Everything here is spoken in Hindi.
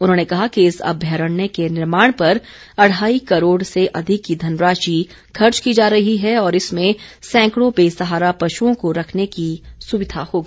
उन्होंने कहा कि इस अभ्यारण्य के निर्माण पर अढ़ाई करोड़ से अधिक की धनराशि खर्च की जा रही है और इसमें सैंकड़ों बेसहारा पशुओं को रखने की सुविधा होगी